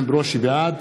בעד